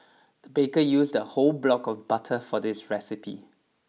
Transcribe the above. the baker used a whole block of butter for this recipe